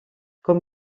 com